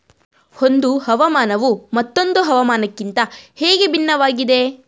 ಒಂದು ಹವಾಮಾನವು ಮತ್ತೊಂದು ಹವಾಮಾನಕಿಂತ ಹೇಗೆ ಭಿನ್ನವಾಗಿದೆ?